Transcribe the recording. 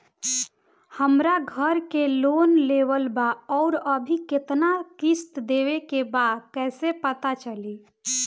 हमरा घर के लोन लेवल बा आउर अभी केतना किश्त देवे के बा कैसे पता चली?